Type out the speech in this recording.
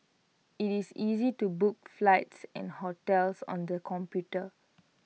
IT is easy to book flights and hotels on the computer